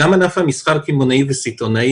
גם ענף המסחר קמעונאי וסיטונאי,